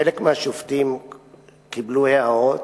חלק מהשופטים קיבלו הערות,